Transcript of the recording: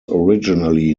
originally